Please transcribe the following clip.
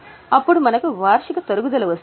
అప్పుడు మనకు వార్షిక తరుగుదల వస్తుంది